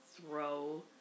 throw